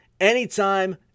anytime